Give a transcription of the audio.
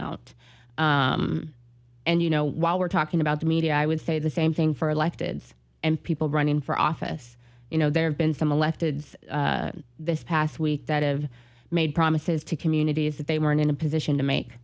out and you know while we're talking about the media i would say the same thing for elected and people running for office you know there have been some elected this past week that have made promises to communities that they weren't in a position to make